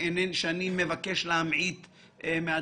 שאני מבקש להמעיט מהדברים.